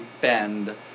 bend